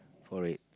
for it